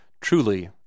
Truly